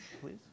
please